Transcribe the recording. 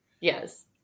Yes